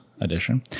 edition